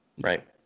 right